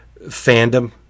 fandom